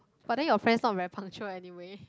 but then your friends not very punctual anyway